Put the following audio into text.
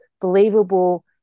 believable